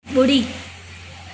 बु॒ड़ी